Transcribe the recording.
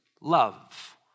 love